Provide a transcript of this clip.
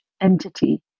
entity